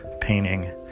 painting